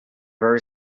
very